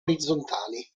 orizzontali